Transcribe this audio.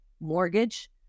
mortgage